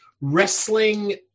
wrestling